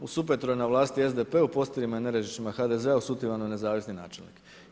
U Supetru je na vlasti SDP, u Postirama i Nerežišću HDZ, u Sutivanu nezavisni načelnik.